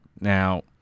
Now